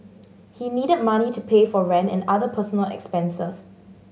he needed money to pay for rent and other personal expenses